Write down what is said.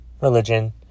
Religion